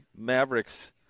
Mavericks